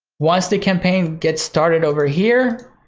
once the campaign gets started over here,